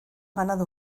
ganado